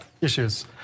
issues